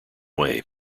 way